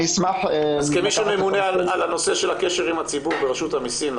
אז כמי שממונה על הנושא של הקשר עם הציבור ברשות המיסים,